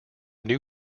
new